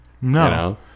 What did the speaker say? No